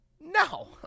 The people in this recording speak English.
no